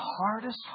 hardest